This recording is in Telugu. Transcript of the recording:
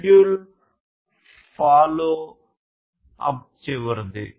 షెడ్యూల్ ఫాలో అప్ చివరిది